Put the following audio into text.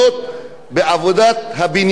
דבר כזה מאוד לא